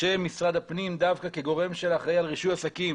שמשרד הפנים דווקא כגורם שאחראי על רישוי עסקים